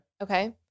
Okay